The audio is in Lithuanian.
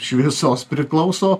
šviesos priklauso